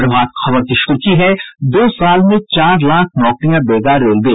प्रभात खबर की सुर्खी है दो साल में चार लाख नौकरियां देगा रेलवे